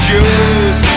Jews